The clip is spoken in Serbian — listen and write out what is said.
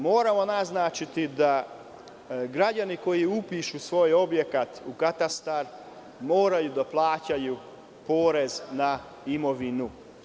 Moramo naznačiti da građani koji upišu svoj objekat u katastar moraju da plaćaju porez na imovinu.